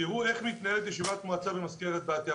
ותראו איך מתנהלת ישיבת מועצה במזכרת בתיה,